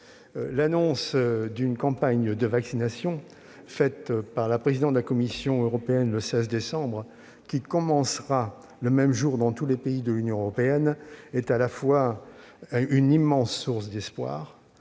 L'annonce d'une campagne de vaccination par la présidente de la Commission européenne le 16 décembre dernier, campagne qui commencera le même jour dans tous les pays de l'Union européenne, est une immense source d'espoir.